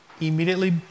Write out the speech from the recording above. immediately